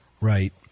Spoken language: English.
Right